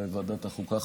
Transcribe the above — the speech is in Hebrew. לוועדת החוקה,